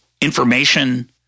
information